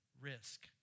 risk